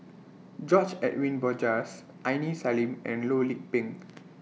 George Edwin Bogaars Aini Salim and Loh Lik Peng